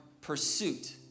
pursuit